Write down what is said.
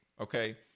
okay